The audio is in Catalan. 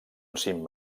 cim